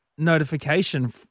notification